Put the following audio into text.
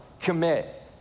Commit